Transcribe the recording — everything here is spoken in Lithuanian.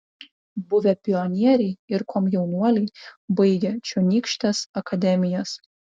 buvę pionieriai ir komjaunuoliai baigę čionykštes akademijas